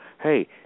hey